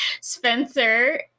Spencer